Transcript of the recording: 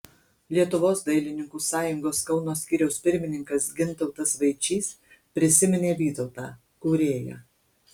lietuvos dailininkų sąjungos kauno skyriaus pirmininkas gintautas vaičys prisiminė vytautą kūrėją